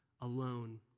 alone